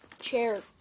chair